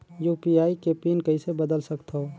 UPI के PIN कइसे बदल सकथव?